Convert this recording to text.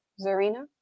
Zarina